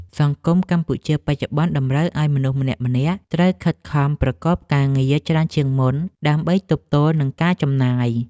សង្គមកម្ពុជាបច្ចុប្បន្នតម្រូវឱ្យមនុស្សម្នាក់ៗត្រូវខិតខំប្រកបការងារច្រើនជាងមុន ដើម្បីទប់ទល់នឹងការចំណាយ។